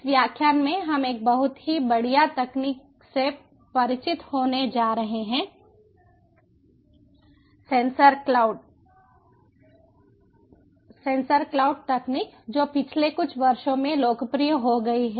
इस व्याख्यान में हम एक बहुत ही बढ़िया तकनीक से परिचित होने जा रहे हैं सेंसर क्लाउड तकनीक जो पिछले कुछ वर्षों में लोकप्रिय हो गई है